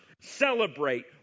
celebrate